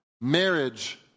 marriage